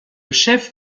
chef